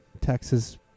Texas